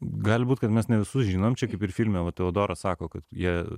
gali būt kad mes nesužinom čia kaip ir filme va teodoras sako kad jie